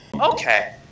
Okay